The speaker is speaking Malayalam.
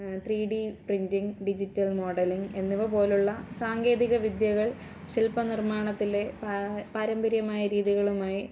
three D printing digital modelling എന്നിവ പോലുള്ള സാങ്കേതിക വിദ്യകൾ ശില്പ നിർമ്മാണത്തിലെ പാരമ്പര്യമായ രീതികളുമായി